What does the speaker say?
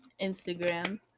Instagram